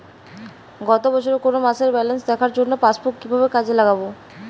গত বছরের কোনো মাসের ব্যালেন্স দেখার জন্য পাসবুক কীভাবে কাজে লাগাব?